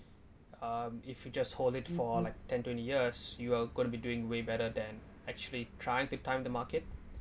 um if you just hold it for like ten twenty years you will gonna be doing way better than actually trying to time the market